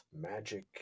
magic